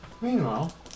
Meanwhile